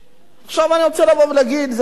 עכשיו, אני רוצה לבוא ולהגיד: זה נכון.